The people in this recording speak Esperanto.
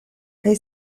kaj